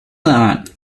that